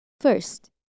first